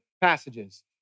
passages